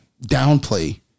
downplay